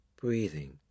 breathing